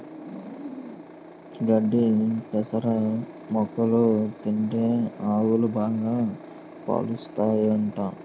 గడ్డి పెసర మొక్కలు తింటే ఆవులు బాగా పాలుస్తాయట